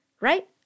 right